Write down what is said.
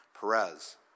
Perez